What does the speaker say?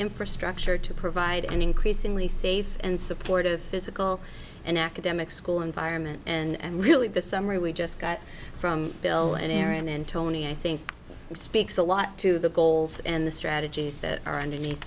infrastructure to provide an increasingly safe and supportive physical and academic school environment and really the summary we just got from bill and aaron and tony i think speaks a lot to the goals and the strategies that are underneath